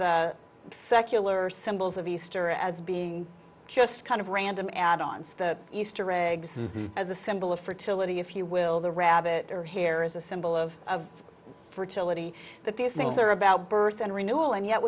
the secular symbols of easter as being just kind of random add ons the easter eggs as a symbol of fertility if you will the rabbit or hair is a symbol of fertility that these things are about birth and renewal and yet